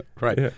Right